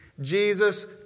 Jesus